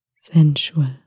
sensual